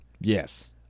yes